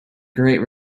great